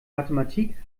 mathematik